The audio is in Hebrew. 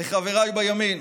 לחבריי בימין: